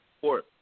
Fourth